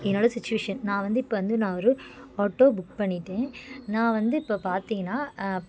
என்னோடய சுச்சுவேஷன் நான் வந்து இப்போ வந்து நான் ஒரு ஆட்டோ புக் பண்ணிட்டேன் நான் வந்து இப்போ பார்த்தீங்கன்னா